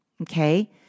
okay